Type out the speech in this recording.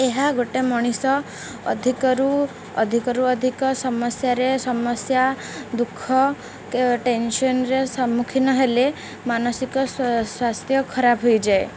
ଏହା ଗୋଟେ ମଣିଷ ଅଧିକରୁ ଅଧିକରୁ ଅଧିକ ସମସ୍ୟାରେ ସମସ୍ୟା ଦୁଃଖ ଟେନସନ୍ରେ ସମ୍ମୁଖୀନ ହେଲେ ମାନସିକ ସ୍ୱାସ୍ଥ୍ୟ ଖରାପ ହୋଇଯାଏ